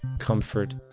comfort,